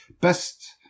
best